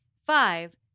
Five